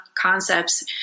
concepts